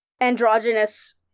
androgynous